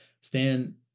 Stan